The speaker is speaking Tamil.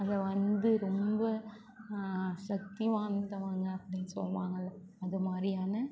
அதை வந்து ரொம்ப சக்தி வாய்ந்தவங்க அப்படின்னு சொல்வாங்கல்ல அது மாதிரியான